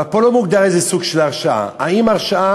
אבל פה לא מוגדר איזה סוג של הרשעה, האם הרשעה